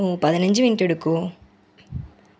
ഓ പതിനെഞ്ച് മിൻറ്റ് എടുക്കുമോ